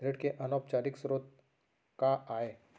ऋण के अनौपचारिक स्रोत का आय?